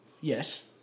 Yes